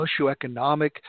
socioeconomic